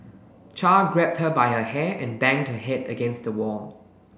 char grabbed her by her hair and banged her head against the wall